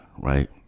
right